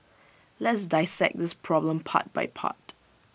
let's dissect this problem part by part